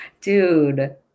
Dude